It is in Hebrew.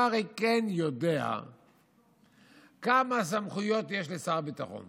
אתה הרי כן יודע כמה סמכויות יש לשר הביטחון